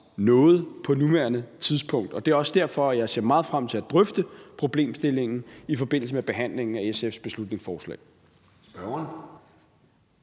noget på nuværende tidspunkt, og det er også derfor, jeg ser meget frem til at drøfte problemstillingen i forbindelse med behandlingen af SF's beslutningsforslag.